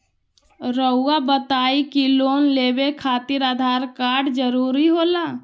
रौआ बताई की लोन लेवे खातिर आधार कार्ड जरूरी होला?